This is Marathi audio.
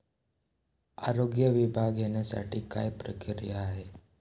आरोग्य विमा घेण्यासाठी काय प्रक्रिया आहे?